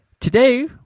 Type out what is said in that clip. Today